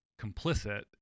complicit